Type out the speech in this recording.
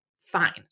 fine